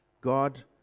god